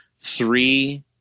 three